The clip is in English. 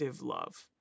love